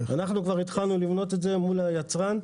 התחלנו כבר לבנות את זה מול היצרן,